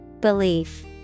Belief